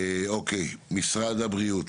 משרד הבריאות,